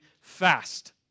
fast